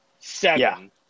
Seven